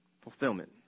fulfillment